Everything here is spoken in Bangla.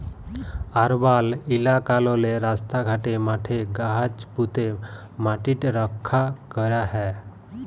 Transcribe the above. আরবাল ইলাকাললে রাস্তা ঘাটে, মাঠে গাহাচ প্যুঁতে ম্যাটিট রখ্যা ক্যরা হ্যয়